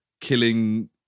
killing